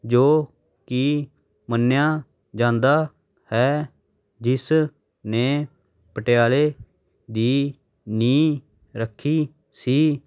ਜੋ ਕਿ ਮੰਨਿਆ ਜਾਂਦਾ ਹੈ ਜਿਸ ਨੇ ਪਟਿਆਲੇ ਦੀ ਨੀਂਹ ਰੱਖੀ ਸੀ